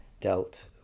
dealt